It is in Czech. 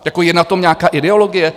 Jako je na tom nějaká ideologie?